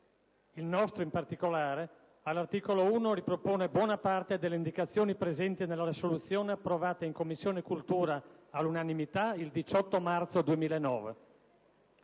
Il nostro, in particolare, all'articolo 1 ripropone buona parte delle indicazioni presenti nella risoluzione approvata in Commissione cultura all'unanimità il 18 marzo 2009.